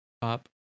Pop